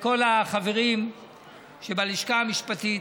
ולכל החברים שבלשכה המשפטית